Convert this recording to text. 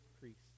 priests